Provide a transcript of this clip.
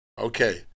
okay